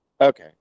Okay